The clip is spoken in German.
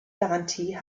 garantie